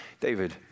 David